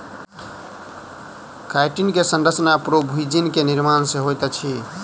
chitin के संरचना प्रोभूजिन के निर्माण सॅ होइत अछि